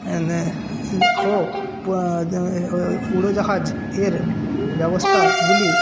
ও উড়োজাহাজের ব্যবস্তাগুলি